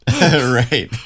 Right